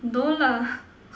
no lah